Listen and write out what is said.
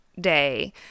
day